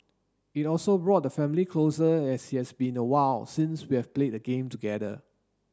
it also brought the family closer as it's been awhile since we've played a game together